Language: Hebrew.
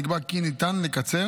נקבע כי ניתן לקצר